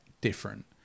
different